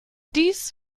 dies